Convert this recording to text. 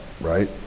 right